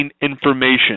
information